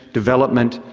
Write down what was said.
development,